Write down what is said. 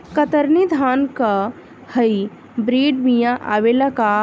कतरनी धान क hybrid बिया आवेला का?